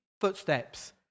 footsteps